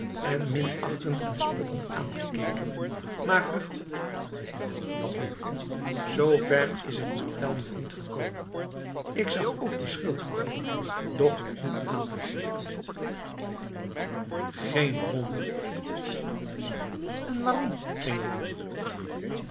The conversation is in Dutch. en minachtend en spottend aangekeken maar gegroet neen dat niet z ver is het met tell nog niet gekomen ik zag ook die schildwachten doch werd niet aangegrepen geen wonder ei waarom geen wonder